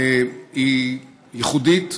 היא ייחודית,